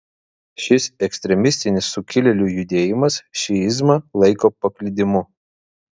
šis ekstremistinis sukilėlių judėjimas šiizmą laiko paklydimu